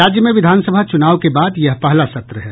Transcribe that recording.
राज्य में विधानसभा चुनाव के बाद यह पहला सत्र है